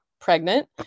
pregnant